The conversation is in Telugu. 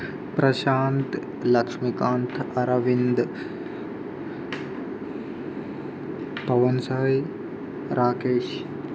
ప్రశాంత్ లక్ష్మికాంత్ అరవింద్ పవన్ సాయి రాకేష్